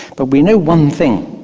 but we know one thing,